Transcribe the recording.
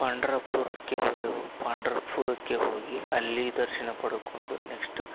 ಪಂಡ್ರಾಪುರಕ್ಕೆ ಹೋದೆವು ಪಂಡ್ರಾಪುರಕ್ಕೆ ಹೋಗಿ ಅಲ್ಲಿ ದರ್ಶನ ಪಡ್ಕೊಂಡು ನೆಕ್ಷ್ಟ್